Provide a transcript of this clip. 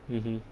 mmhmm